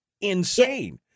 insane